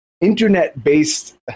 internet-based